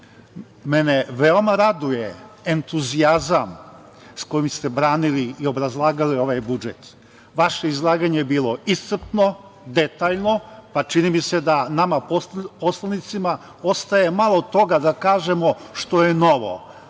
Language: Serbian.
mene veoma raduje entuzijazam s kojim ste branili i obrazlagali ovaj budžet. Vaše izlaganje je bilo iscrpno, detaljno, pa čini mi se da nama poslanicima ostaje malo toga da kažemo što je novo,